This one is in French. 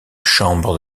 chambre